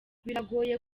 biragoye